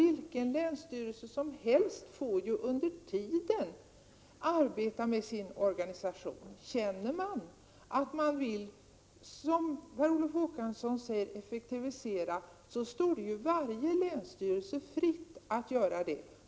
Vilken länsstyrelse som helst får ju under tiden arbeta med sin organisation. Känner man att man vill, som Per Olof Håkansson säger, effektivisera verksamheten står det varje länsstyrelse fritt att göra så.